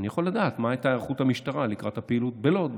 אני יכול לדעת מה הייתה היערכות המשטרה לגבי הפעילות בלוד,